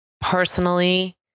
personally